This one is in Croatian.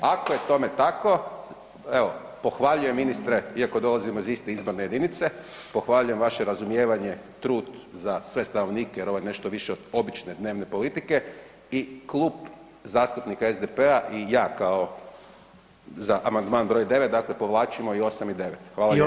Ako je tome tako, evo, pohvaljujem ministre iako dolazimo iz iste izborne jedinice, pohvaljujem vaše razumijevanje, trud za sve stanovnike jer ovo je nešto više od obične dnevne politike i Klub zastupnika SDP-a i ja kao za amandman br. 9 dakle povlačimo i 8 i 9 [[Upadica: I 8 i 9. Dobro.]] hvala lijepo.